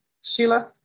Sheila